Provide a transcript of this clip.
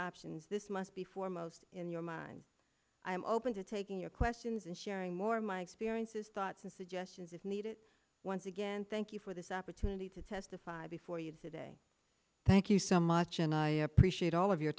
options this must be foremost in your mind i'm open to taking your questions and sharing more of my experiences thoughts and suggestions if needed once again thank you for this opportunity to testify before you today thank you so much and i appreciate all of your